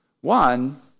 One